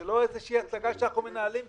זה לא איזושהי הצגה שאנחנו מנהלים כאן.